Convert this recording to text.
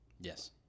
Yes